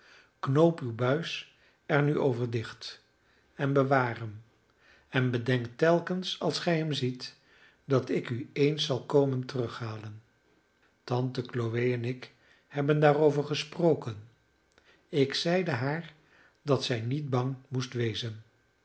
knoop uw buis er nu over dicht en bewaar hem en bedenk telkens als gij hem ziet dat ik u eens zal komen terughalen tante chloe en ik hebben daarover gesproken ik zeide haar dat zij niet bang moest wezen